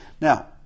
Now